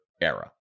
era